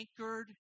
anchored